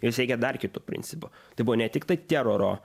jos veikė dar kitu principu tai buvo ne tiktai teroro